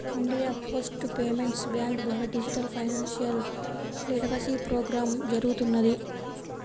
India post payments bank ద్వారా digital financial literacy programme జరుగుతున్నది